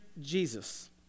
Jesus